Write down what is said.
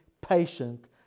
patient